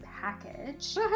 package